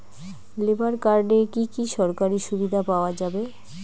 Labour কার্ডে কি কি সরকারি সুবিধা পাওয়া যাবে?